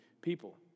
people